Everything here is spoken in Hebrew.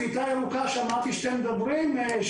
שמעתי שאתם מדברים על כיתה ירוקה.